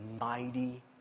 Mighty